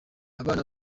abana